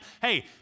hey